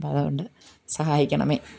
അപ്പോൾ അതുകൊണ്ട് സഹായിക്കണമേ